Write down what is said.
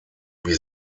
wie